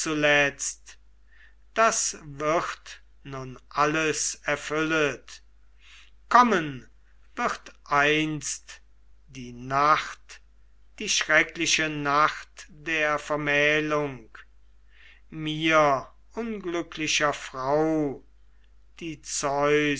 das wird nun alles erfüllet kommen wird einst die nacht die schreckliche nacht der vermählung mir unglücklicher frau die